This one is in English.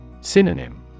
Synonym